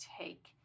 take